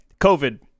COVID